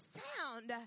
sound